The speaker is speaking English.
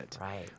Right